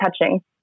touching